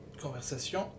conversation